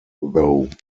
though